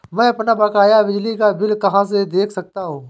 मैं अपना बकाया बिजली का बिल कहाँ से देख सकता हूँ?